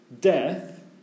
death